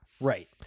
Right